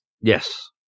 Yes